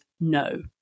No